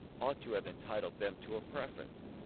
ought to have entitled them to a preference.